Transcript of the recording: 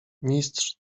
mistrz